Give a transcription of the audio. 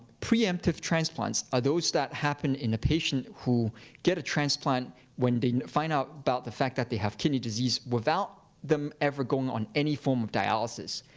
preemptive transplants are those that happen in the patient who get a transplant when they find out about the fact that they have kidney disease, without them ever going on any form of dialysis.